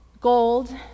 gold